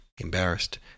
embarrassed